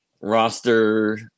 roster